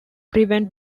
prevent